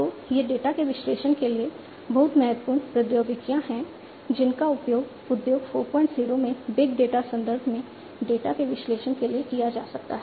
तो ये डेटा के विश्लेषण के लिए बहुत महत्वपूर्ण प्रौद्योगिकियां हैं जिनका उपयोग उद्योग 40 में बिग डेटा संदर्भ में डेटा के विश्लेषण के लिए किया जा सकता है